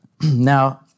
Now